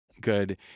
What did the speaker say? good